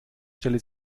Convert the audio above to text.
stelle